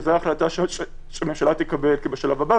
שזו החלטה שהממשלה תקבל בשלב הבא,